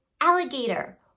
alligator